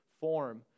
form